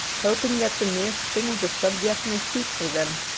hoping that the mere sting of the subject may speak for them.